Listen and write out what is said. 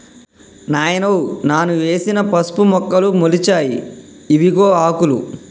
నాయనో నాను వేసిన పసుపు మొక్కలు మొలిచాయి ఇవిగో ఆకులు